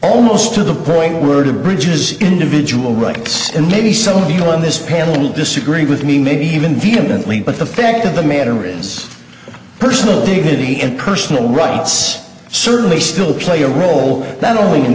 almost to the point were to bridges individual rights and maybe some people on this panel disagree with me maybe even vehemently but the fact of the matter is personal dignity and personal rights certainly still play a role that only in